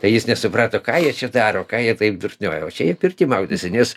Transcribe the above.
tai jis nesuprato ką jie daro ką jie taip durniuoja o čia jie pirty maudėsi nes